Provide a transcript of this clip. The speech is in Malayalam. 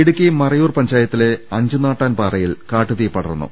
ഇടുക്കി മറയൂർ പഞ്ചായത്തിലെ അഞ്ചുനാട്ടാൻ പാറയിൽ കാട്ടുതീ പടർന്നു